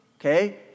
okay